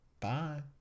Bye